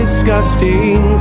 Disgusting